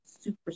super